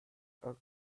ugly